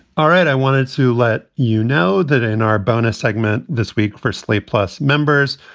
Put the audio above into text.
all right. i wanted to let you know that in our bonus segment this week for slate plus members,